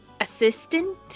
assistant